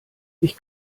ich